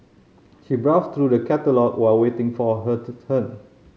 she browsed through the catalogue while waiting for her turn